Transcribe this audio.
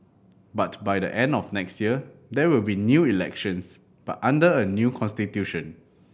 but by the end of next year there will be new elections but under a new constitution